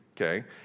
okay